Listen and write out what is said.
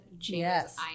Yes